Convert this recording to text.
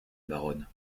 baronne